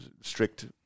strict